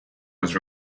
was